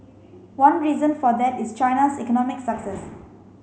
one reason for that is China's economic success